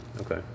Okay